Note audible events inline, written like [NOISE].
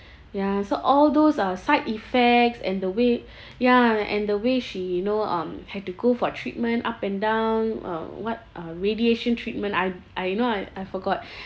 ya so all those ah side effects and the way [BREATH] ya and the way she you know um had to go for treatment up and down uh what uh radiation treatment I I you know I I forgot [BREATH]